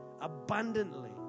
abundantly